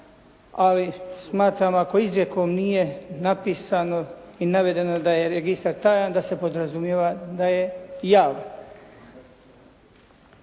ali smatram ako izrijekom nije napisano i navedeno da je registar tajan da se podrazumijeva da je javan.